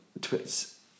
Twits